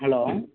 hello